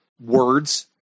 words